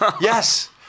yes